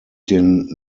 den